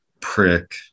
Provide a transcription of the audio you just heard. prick